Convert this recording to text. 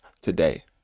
today